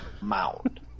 mound